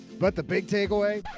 but the big takeaway,